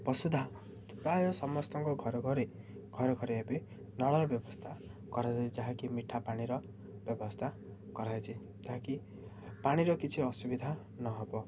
ବସୁଧା ପ୍ରାୟ ସମସ୍ତଙ୍କ ଘରେ ଘରେ ଘରେ ଘରେ ଏବେ ନଳର ବ୍ୟବସ୍ଥା କରାଯାଇଛି ଯାହାକି ମିଠା ପାଣିର ବ୍ୟବସ୍ଥା କରାହୋଇଛି ଯାହାକି ପାଣିର କିଛି ଅସୁବିଧା ନହେବ